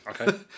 Okay